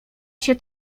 się